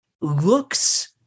looks